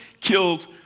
killed